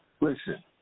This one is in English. listen